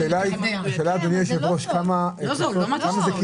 השאלה, אדוני, כמה עולה קילו.